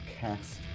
cast